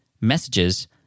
messages